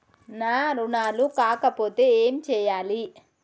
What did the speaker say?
నా రుణాలు కాకపోతే ఏమి చేయాలి?